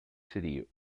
city